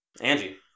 Angie